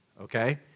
okay